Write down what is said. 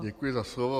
Děkuji za slovo.